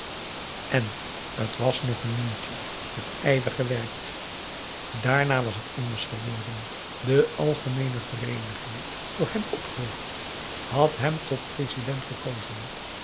en t was nog een nieuwtje met ijver gewerkt daarna was het anders geworden de algemeene vereeniging door hem opgericht had hem tot president gekozen